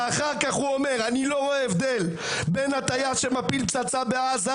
ואחר כך הוא אומר: "אני לא רואה הבדל בין הטייס שמפיל פצצה בעזה",